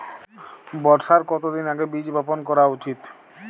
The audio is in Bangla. বর্ষার কতদিন আগে বীজ বপন করা উচিৎ?